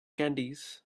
candies